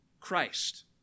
Christ